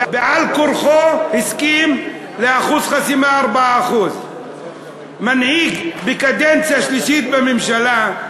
על כורחו הסכים לאחוז חסימה 4%. מנהיג בקדנציה שלישית בממשלה,